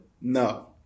no